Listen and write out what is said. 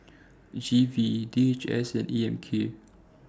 G V D H S and A M K